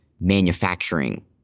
manufacturing